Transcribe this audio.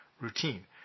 routine